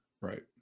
Right